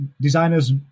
designers